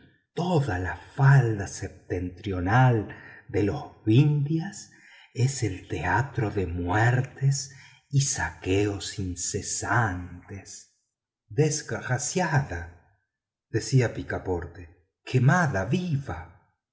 toda la falda septentrional de los vindhias es el teatro de muertes y saqueos incesantes desgraciada decía picaporte quemada viva